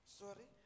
sorry